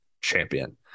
champion